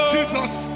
Jesus